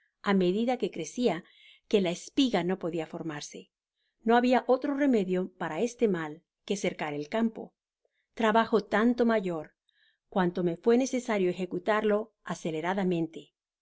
á medida que crecia que la espiga no podia formarse no habia otro remedio para este mal que cercar el campo trabajo tanto mayor cuanto que fué necesario ejecutarlo aceleradamen